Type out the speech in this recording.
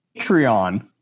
Patreon